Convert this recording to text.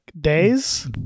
days